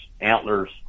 Antlers